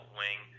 wing